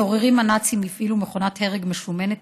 הצוררים הנאצים הפעילו מכונת הרג משומנת,